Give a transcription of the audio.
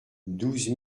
douze